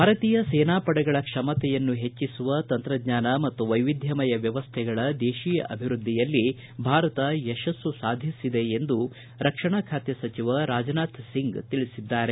ಭಾರತೀಯ ಸೇನಾ ಪಡೆಗಳ ಕ್ಷಮತೆಯನ್ನು ಹೆಚ್ಚಿಸುವ ತಂತ್ರಜ್ಞಾನ ಮತ್ತು ವೈವಿಧ್ಯಮಯ ವ್ಯವಸ್ಥೆಗಳ ದೇತಿಯ ಅಭಿವೃದ್ಧಿಯಲ್ಲಿ ಭಾರತ ಯಶಸ್ಸು ಸಾಧಿಸಿದೆ ಎಂದು ರಕ್ಷಣಾ ಖಾತೆ ಸಚಿವ ರಾಜನಾಥ ಸಿಂಗ್ ತಿಳಿಸಿದ್ದಾರೆ